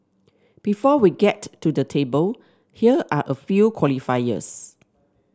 before we get to the table here are a few qualifiers